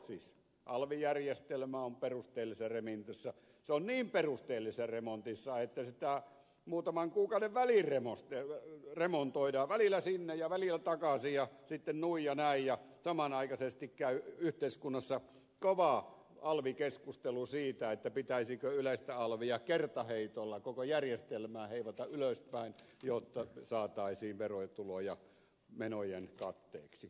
siis alv järjestelmä on perusteellisessa remontissa se on niin perusteellisessa remontissa että sitä muutaman kuukauden välein remontoidaan välillä sinne ja välillä takaisin ja sitten nuin ja näin ja samanaikaisesti käy yhteiskunnassa kova alv keskustelu siitä pitäisikö yleistä alvia kertaheitolla koko järjestelmää heivata ylöspäin jotta saataisiin verotuloja menojen katteeksi